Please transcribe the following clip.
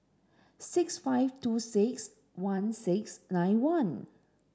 six five two six one six nine one